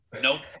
Nope